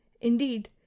Indeed